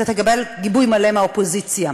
אתה תקבל גיבוי מלא מהאופוזיציה,